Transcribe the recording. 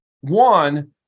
One